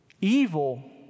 Evil